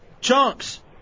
Chunks